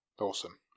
Awesome